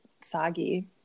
soggy